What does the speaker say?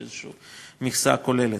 ויש איזושהי מכסה כוללת.